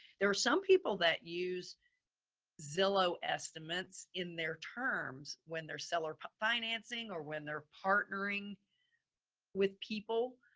there were some people that use zillow estimates in their terms when they're seller but financing or when they're partnering with people.